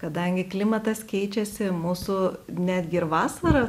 kadangi klimatas keičiasi mūsų netgi ir vasara